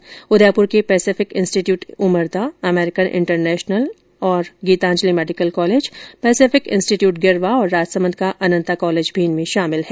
जिनमें उदयपुर के Pacific Institute Umarda American International एवं Geetanjali Medical College Pacific Institute Girwa और राजसमंद का अनन्ता कॉलेज शामिल है